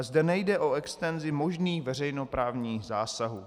Zde nejde o extenzi možných veřejnoprávních zásahů.